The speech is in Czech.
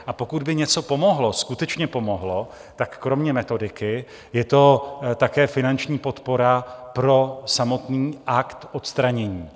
A pokud by něco pomohlo, skutečně pomohlo, tak kromě metodiky je to také finanční podpora pro samotný akt odstranění.